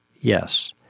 Yes